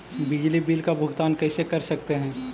बिजली बिल का भुगतान कैसे कर सकते है?